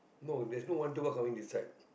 no there's no one two four coming this side